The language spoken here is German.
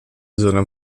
sondern